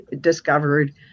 discovered